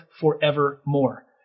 forevermore